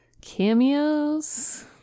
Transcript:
cameos